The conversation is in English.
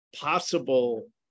possible